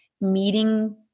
meeting